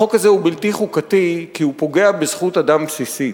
החוק הזה הוא בלתי חוקתי כי הוא פוגע בזכות אדם בסיסית.